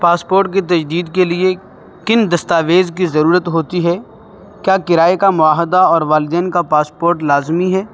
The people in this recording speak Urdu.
پاسپورٹ کے تجدید کے لیے کن دستاویز کی ضرورت ہوتی ہے کیا کرائے کا معاہدہ اور والدین کا پاسپورٹ لازمی ہیں